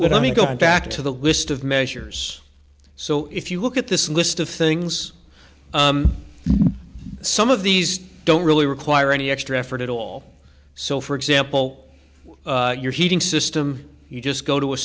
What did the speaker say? only go back to the list of measures so if you look at this list of things some of these don't really require any extra effort at all so for example your heating system you just go to a